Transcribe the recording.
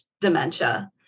dementia